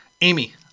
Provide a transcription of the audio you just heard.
Amy